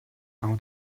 how